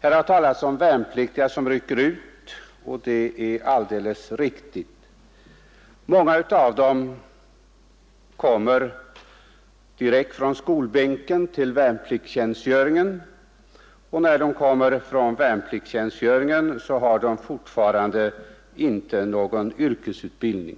Här har talats om värnpliktiga som rycker ut, och det är alldeles riktigt att göra det i detta sammanhang. Många av dem kommer direkt från skolbänken till värnpliktstjänstgöringen, och när värnpliktstjänstgöringen har fullgjorts har de fortfarande inte någon yrkesutbildning.